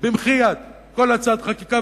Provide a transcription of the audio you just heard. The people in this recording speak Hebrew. במחי יד כל הצעת חקיקה,